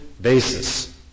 basis